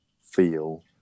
feel